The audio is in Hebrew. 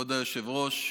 כבוד היושבת-ראש,